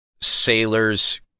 sailors